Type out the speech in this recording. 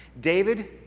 David